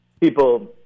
people